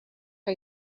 que